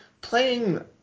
playing